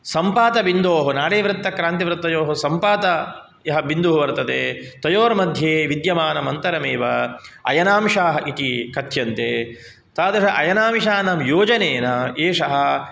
सम्पातबिन्दोः नाडीवृत्तक्रान्तिवृत्तयोः सम्पात यः बिन्दुः वर्तते तयोर्मध्ये विद्यमानमन्तरमेव अयनांशाः इति कथ्यन्ते तादृश अयनांशानां योजनेन एषः